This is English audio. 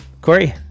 Corey